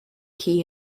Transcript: key